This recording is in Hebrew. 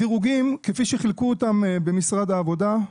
הדירוגים, כפי שחילקו אותם במשרד העבודה,